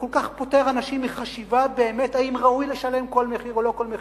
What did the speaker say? וכל כך פוטר אנשים מחשיבה אם באמת ראוי לשלם כל מחיר או לא כל מחיר,